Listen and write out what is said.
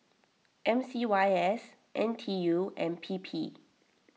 M C Y S N T U and P P